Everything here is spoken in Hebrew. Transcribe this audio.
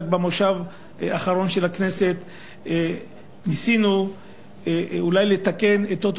רק במושב האחרון של הכנסת ניסינו אולי לתקן את אותו